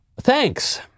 Thanks